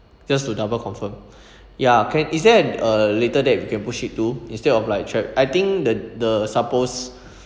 just to double confirm ya can is there a later date we can push it to instead of like tra~ I think the the suppose